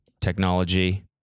technology